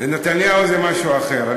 נתניהו זה משהו אחר.